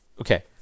Okay